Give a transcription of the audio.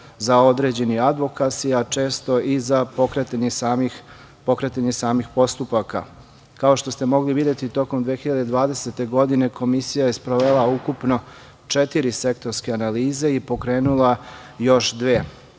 za određeni advokasi, a često i za pokretanje samih postupaka. Kao što ste mogli videti tokom 2020. godine komisija je sprovela ukupno četiri sektorske analize i pokrenula još dve.